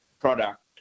product